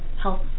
help